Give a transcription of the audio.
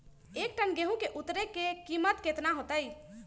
एक टन गेंहू के उतरे के कीमत कितना होतई?